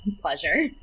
pleasure